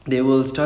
okay